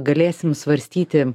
galėsim svarstyti